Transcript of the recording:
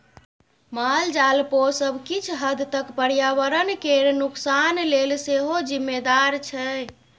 मालजाल पोसब किछ हद तक पर्यावरण केर नोकसान लेल सेहो जिम्मेदार छै